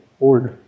old